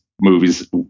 movies